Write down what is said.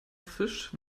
fish